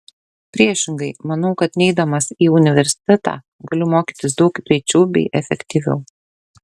priešingai manau kad neidamas į universitetą galiu mokytis daug greičiau bei efektyviau